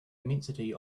immensity